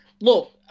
look